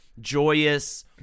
Joyous